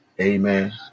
Amen